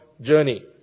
journey